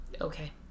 Okay